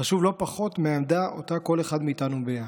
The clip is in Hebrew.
חשוב לא פחות מהעמדה שכל אחד מאיתנו מביע.